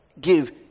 Give